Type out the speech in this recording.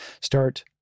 start